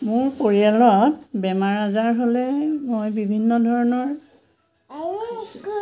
মোৰ পৰিয়ালত বেমাৰ আজাৰ হ'লে মই বিভিন্ন ধৰণৰ